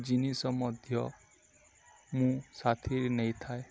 ଜିନିଷ ମଧ୍ୟ ମୁଁ ସାଥିରେ ନେଇଥାଏ